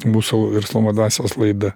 mūsų verslumo dvasios laida